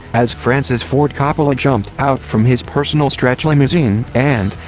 as francis ford coppola jumped out from his personal stretch limousine, and,